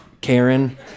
Karen